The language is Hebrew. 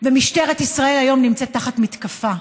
ומשטרת ישראל נמצאת היום תחת מתקפה.